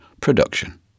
production